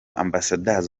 ambassadors